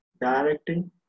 directing